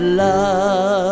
love